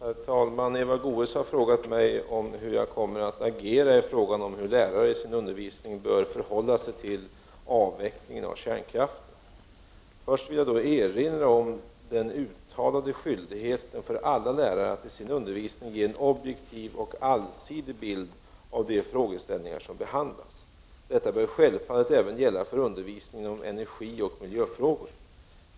Herr talman! Eva Goés har frågat mig hur jag kommer att agera i fråga om hur lärare i sin undervisning bör förhålla sig till avvecklingen av kärnkraften. Först vill jag då erinra om den uttalade skyldigheten för alla lärare att i sin undervisning ge en objektiv och allsidig bild av de frågeställningar som behandlas. Detta bör självfallet även gälla för undervisningen om energioch miljöfrågor.